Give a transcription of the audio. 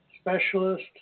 Specialist